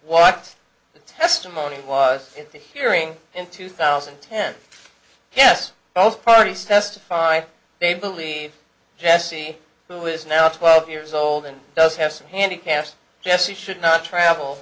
the testimony was hearing in two thousand and ten yes both parties testified they believe jesse who is now twelve years old and does have some handicaps yes he should not travel